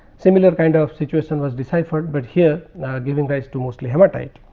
similar kind of situation was deciphered, but here ah giving rise to mostly hematite.